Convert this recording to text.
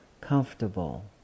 comfortable